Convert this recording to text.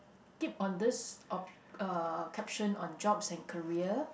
keep on this oppo~ uh caption on jobs and career